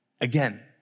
again